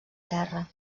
terra